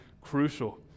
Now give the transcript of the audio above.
crucial